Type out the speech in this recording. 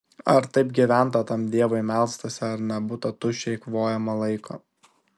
ar taip gyventa tam dievui melstasi ar nebūta tuščiai eikvojamo laiko